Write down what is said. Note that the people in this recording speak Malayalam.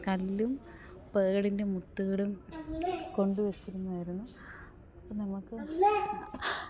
കല്ലും പേളിന്റെ മുത്തുകളും കൊണ്ടുവെച്ചിരുന്നതായിരുന്നു അപ്പം നമുക്ക്